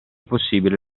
possibile